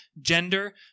gender